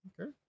Okay